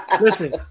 listen